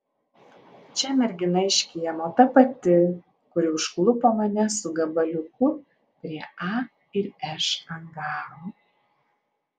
čia mergina iš kiemo ta pati kuri užklupo mane su gabaliuku prie a ir š angaro